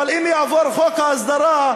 אבל אם יעבור חוק ההסדרה,